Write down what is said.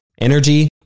energy